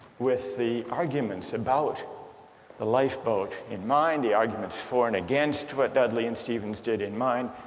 with the arguments about the lifeboat in mind the arguments for and against what dudley and stephens did in mind,